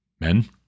men